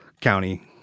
county